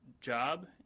job